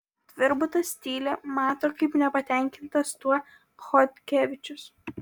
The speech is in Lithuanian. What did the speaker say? tvirbutas tyli mato kaip nepatenkintas tuo chodkevičius